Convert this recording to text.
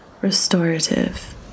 restorative